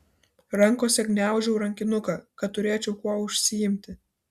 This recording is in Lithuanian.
rankose gniaužau rankinuką kad turėčiau kuo užsiimti